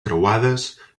creuades